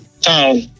town